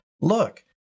Look